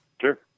Sure